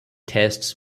tests